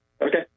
Okay